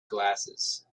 glasses